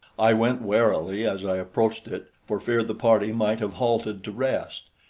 i went warily as i approached it, for fear the party might have halted to rest.